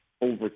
over